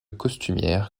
costumière